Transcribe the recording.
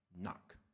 knock